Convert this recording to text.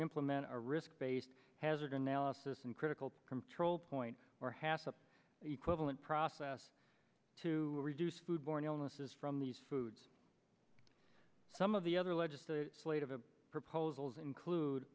implement a risk based hazard analysis and critical control point or half the equivalent process to reduce food borne illnesses from these foods some of the other alleged the slate of the proposals include